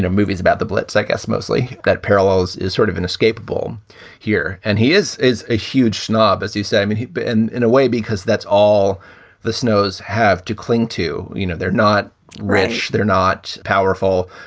movies about the blitz. i guess mostly got parallels is sort of inescapable here. and he is is a huge snob, as you say. i mean, he'd been in a way, because that's all the snows have to cling to. you, know they're not rich. they're not powerful.